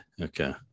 Okay